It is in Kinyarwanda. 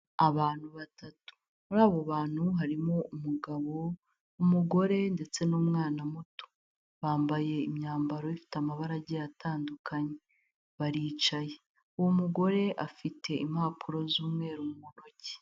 Abantu batatu, muri abo bantu harimo umugabo, umugore ndetse n'umwana muto, bambaye imyambaro ifite amabara agiye atandukanye, baricaye, uwo mugore afite impapuro z'umweru mu ntoki.